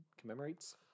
commemorates